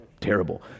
Terrible